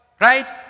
Right